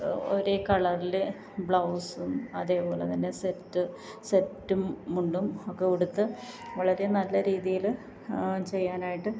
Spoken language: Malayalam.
ഒരെ കളറിൽ ബ്ലൗസും അതേ പോലെ തന്നെ സെറ്റ് സെറ്റുമുണ്ടും ഒക്കെ ഉടുത്ത് വളരെ നല്ല രീതിയിൽ ചെയ്യാനായിട്ട്